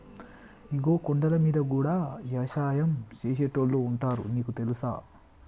ఇగో కొండలమీద గూడా యవసాయం సేసేటోళ్లు ఉంటారు నీకు తెలుసా